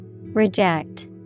Reject